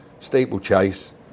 steeplechase